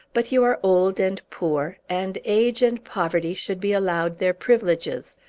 but you are old and poor, and age and poverty should be allowed their privileges.